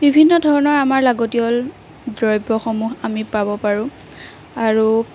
বিভিন্ন ধৰণৰ আমাৰ লাগতীয়াল দ্ৰব্যসমূহ আমি পাব পাৰোঁ আৰু